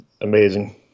amazing